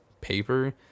paper